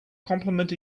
complement